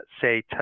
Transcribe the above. say